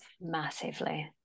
massively